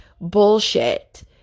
bullshit